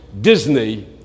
Disney